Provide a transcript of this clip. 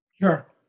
Sure